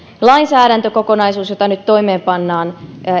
lainsäädäntökokonaisuus jota nyt toimeenpannaan